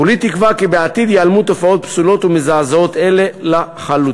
כולי תקווה כי בעתיד ייעלמו תופעות פסולות ומזעזעות אלו לחלוטין.